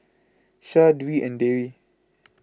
Syah Dwi and Dewi